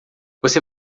você